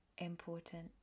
important